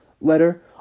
letter